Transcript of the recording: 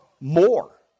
more